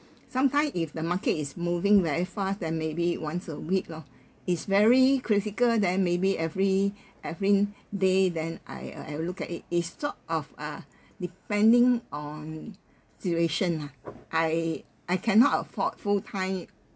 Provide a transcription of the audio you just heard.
sometimes if the market is moving very fast then maybe once a week lor is very critical then maybe every every day then I I'll look at it is sort of uh depending on situation lah I I cannot afford full time uh